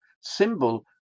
symbol